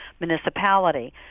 municipality